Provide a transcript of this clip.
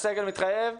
הסגל מתחייב.